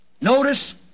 notice